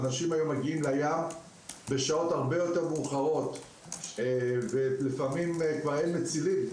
היום אנשים מגיעים לים בשעות הרבה יותר מאוחרות ולפעמים כבר אין מצילים,